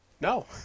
No